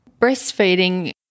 Breastfeeding